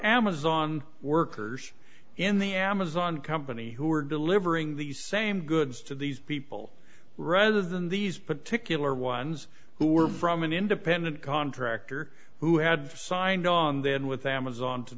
amazon workers in the amazon company who are delivering these same goods to these people rather than these particular ones who were from an independent contractor who had signed on then with amazon to